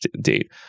date